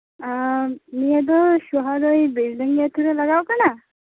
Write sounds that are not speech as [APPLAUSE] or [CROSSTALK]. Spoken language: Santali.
ᱱᱤᱭᱟᱹ ᱫᱚ [UNINTELLIGIBLE] ᱵᱮᱞᱰᱟᱝᱜᱟ ᱟᱹᱛᱩ ᱨᱮ ᱞᱟᱜᱟᱣ ᱟᱠᱟᱱᱟ